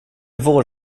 vår